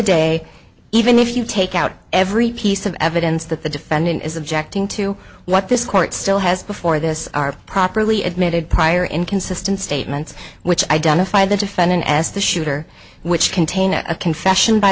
day even if you take out every piece of evidence that the defendant is objecting to what this court still has before this are properly admitted prior inconsistent statements which identify the defendant as the shooter which contain a confession by